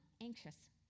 anxious